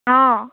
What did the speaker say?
অঁ